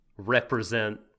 Represent